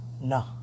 No